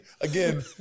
again